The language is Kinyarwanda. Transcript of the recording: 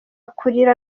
kurira